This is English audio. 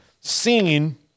seen –